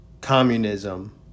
communism